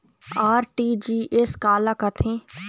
RTGS काला कथें?